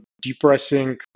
depressing